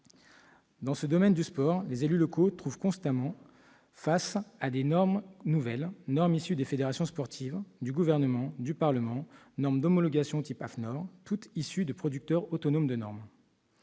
Dans ce domaine du sport, les élus locaux se trouvent constamment face à des normes nouvelles, normes issues des fédérations sportives, du Gouvernement, du Parlement, normes d'homologation du type AFNOR, toutes issues, donc, de producteurs autonomes de normes.